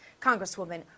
Congresswoman